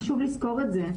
חשוב לזכור את זה.